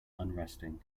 unresting